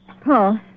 Paul